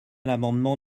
l’amendement